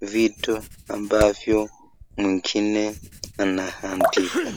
vitu ambavyo mwingine anaandika.